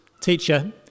teacher